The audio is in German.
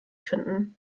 finden